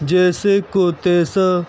جیسے کو تیسا